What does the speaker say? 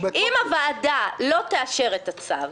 אם הוועדה לא תאשר את הצו,